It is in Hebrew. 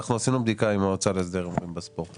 אנחנו עשינו בדיקה עם המועצה להסדר הימורים בספורט.